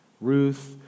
Ruth